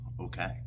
okay